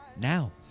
now